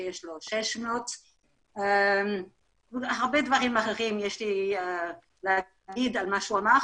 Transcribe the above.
שיש לו 600. הרבה דברים יש לי לומר על מה שהוא אמר,